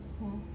oh